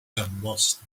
embossed